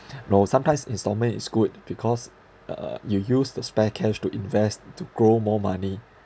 no sometimes instalment is good because uh you use the spare cash to invest to grow more money